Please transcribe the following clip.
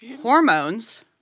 hormones